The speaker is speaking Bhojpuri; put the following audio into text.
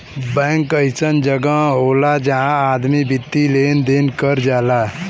बैंक अइसन जगह होला जहां आदमी वित्तीय लेन देन कर जाला